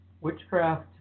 witchcraft